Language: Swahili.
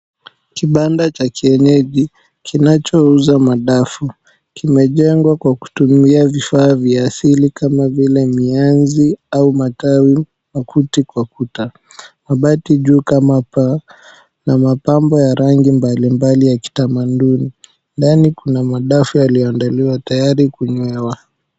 Kibanda cha kienyeji kinachozua madafu kimejengwa kwa kutumia vifaa vya asili kama vile mienzi au matawi, makuti kwa kuta, mabati juu kama paa na mapambo ya rangi mbalimbali ya kitamaduni. Ndani kuna madafu yaliyoandaliwa tayari kunywewa.